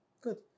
Good